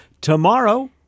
Tomorrow